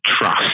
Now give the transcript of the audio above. trust